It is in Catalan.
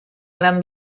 gran